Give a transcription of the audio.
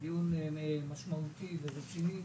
הוא דיון משמעותי ורציני.